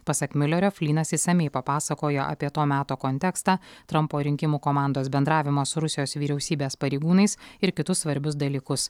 pasak miulerio flynas išsamiai papasakojo apie to meto kontekstą trampo rinkimų komandos bendravimo su rusijos vyriausybės pareigūnais ir kitus svarbius dalykus